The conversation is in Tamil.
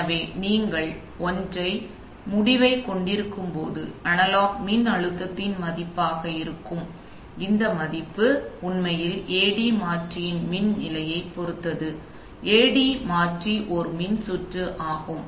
எனவே நீங்கள் ஒற்றை முடிவைக் கொண்டிருக்கும்போது அனலாக் மின்னழுத்தத்தின் மதிப்பாக இருக்கும் இந்த மதிப்பு உண்மையில் AD மாற்றியின் மின் நிலத்தைப் பொறுத்தது எனவே AD மாற்றி ஒரு மின்சுற்று ஆகும்